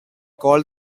called